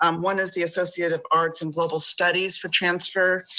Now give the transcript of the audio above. um one is the associative arts and global studies for transfer,